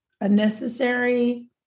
unnecessary